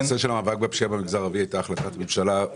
בנושא של המאבק בפשיעה במגזר הערבי הייתה החלטת ממשלה.